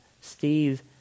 Steve